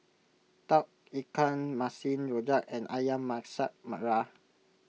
Tauge Ikan Masin Rojak and Ayam Masak Merah